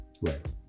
Right